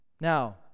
Now